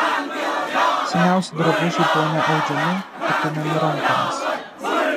seniausi drabužiai buvo ne audžiami o pinami rankomis